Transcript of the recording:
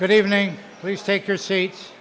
good evening please take your seats